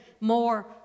more